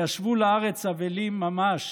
וישבו לארץ אבלים ממש